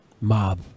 Mob